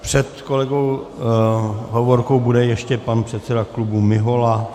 Před kolegou Hovorkou bude ještě pan předseda klubu Mihola.